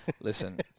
Listen